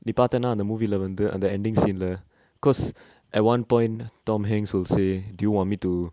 நீ பாத்தனா அந்த:nee paathana antha movie lah வந்து அந்த:vanthu antha ending scene lah cause at one point tom hanks will say do you want me to